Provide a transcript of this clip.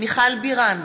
מיכל בירן,